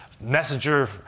messenger